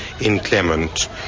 inclement